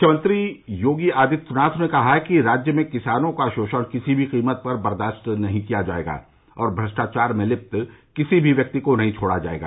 मुख्यमंत्री योगी आदित्यनाथ ने कहा है कि राज्य में किसानों का शोषण किसी भी कीमत पर बर्दाश्त नहीं किया जायेगा और थ्रप्टाचार में लिप्त किसी भी व्यक्ति को छोड़ा नहीं जायेगा